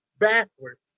Backwards